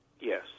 Yes